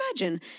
imagine